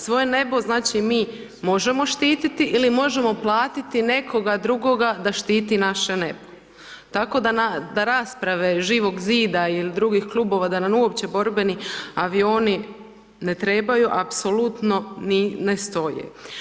Svoje nebo, znači, mi možemo štititi ili možemo platiti nekoga drugoga da štiti naše nebo, tako da rasprave Živog Zida ili drugih klubova da nam uopće borbeni avioni ne trebaju, apsolutno ne stoje.